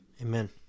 Amen